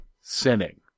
sinning